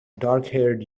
darkhaired